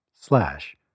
slash